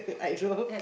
I